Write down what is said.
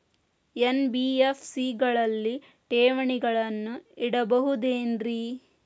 NBFC ಗಳಲ್ಲಿ ಠೇವಣಿಗಳನ್ನು ಇಡಬಹುದೇನ್ರಿ?